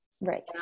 Right